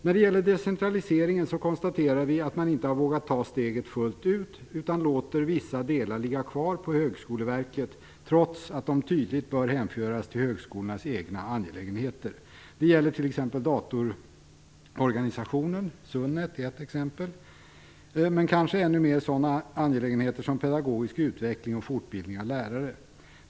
När det gäller decentraliseringen konstaterar vi att man inte har vågat ta steget fullt ut, utan man låter vissa delar ligga kvar på Högskoleverket, trots att de tydligt bör hänföras till högskolornas egna angelägenheter. Det gäller t.ex. datororganisationen, SUNET, men kanske ännu mer sådana angelägenheter som pedagogisk utveckling och fortbildning av lärare.